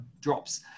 drops